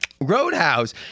Roadhouse